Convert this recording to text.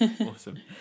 awesome